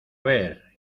ver